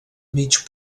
mig